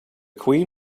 queen